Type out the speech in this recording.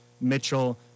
mitchell